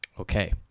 Okay